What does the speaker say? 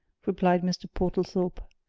replied mr. portlethorpe.